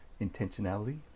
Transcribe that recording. intentionality